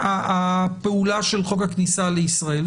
לפעולה של חוק הכניסה לישראל.